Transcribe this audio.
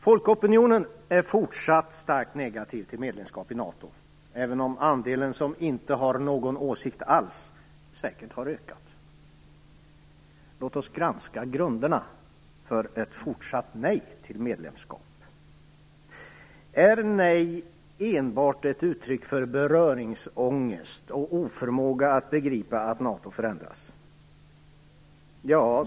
Folkopinionen är fortsatt starkt negativ till medlemskap i NATO, även om andelen som inte har någon åsikt alls säkert har ökat. Låt oss granska grunderna för ett fortsatt nej till medlemskap. Är nej enbart ett uttryck för beröringsångest och oförmåga att begripa att NATO förändras?